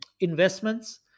investments